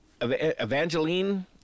Evangeline